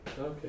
Okay